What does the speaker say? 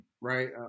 right